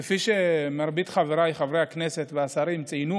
כפי שמרבית חבריי חברי הכנסת והשרים ציינו,